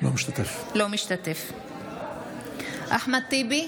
לא משתתף אחמד טיבי,